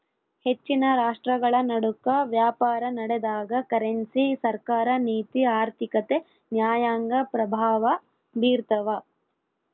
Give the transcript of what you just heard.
ಹೆಚ್ಚಿನ ರಾಷ್ಟ್ರಗಳನಡುಕ ವ್ಯಾಪಾರನಡೆದಾಗ ಕರೆನ್ಸಿ ಸರ್ಕಾರ ನೀತಿ ಆರ್ಥಿಕತೆ ನ್ಯಾಯಾಂಗ ಪ್ರಭಾವ ಬೀರ್ತವ